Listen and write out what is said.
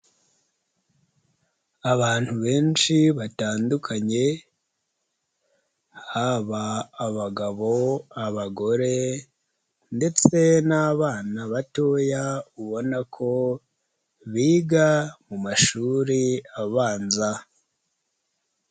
Abantu benshi batandukanye haba abagabo, abagore ndetse n'abana batoya ubona ko biga mu mashuri abanza.